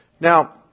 Now